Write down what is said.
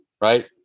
Right